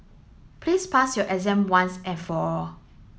please pass your exam once and for all